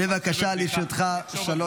אני מרגיש צורך לספר בדיחה.